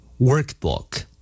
workbook